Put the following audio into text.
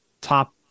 top